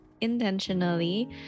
intentionally